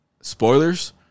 Spoilers